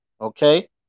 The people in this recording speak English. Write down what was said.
Okay